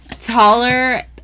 taller